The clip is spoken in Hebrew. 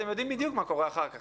אתם יודעים בדיוק מה קורה אחר כך,